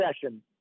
session